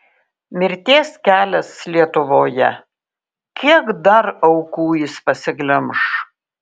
mirties kelias lietuvoje kiek dar aukų jis pasiglemš